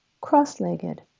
cross-legged